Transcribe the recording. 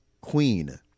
Queen